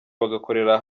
bagakorera